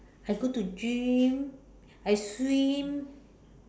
I go to gym I swim